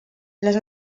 les